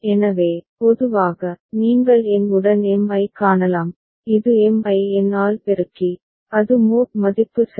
எனவே பொதுவாக நீங்கள் n உடன் m ஐக் காணலாம் இது m ஐ n ஆல் பெருக்கி அது மோட் மதிப்பு சரி